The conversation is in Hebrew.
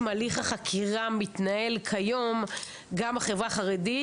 הליך החקירה מתנהל כיום גם בחברה החרדית.